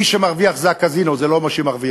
מי שמרוויח זה הקזינו, זה לא מי שמרוויח.